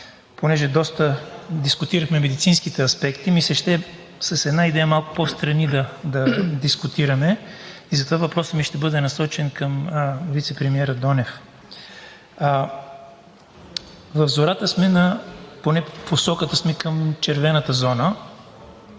понеже доста дискутирахме медицинските аспекти – ми се ще с една идея малко по-встрани да дискутираме, затова въпросът ми ще бъде насочен към вицепремиера Донев. В зората сме, поне в посоката сме към червената зона,